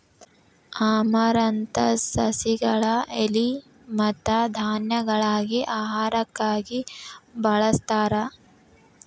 amaranthus ಸಸಿಗಳ ಎಲಿ ಮತ್ತ ಧಾನ್ಯಗಳಾಗಿ ಆಹಾರಕ್ಕಾಗಿ ಬಳಸ್ತಾರ